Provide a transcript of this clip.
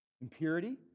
Impurity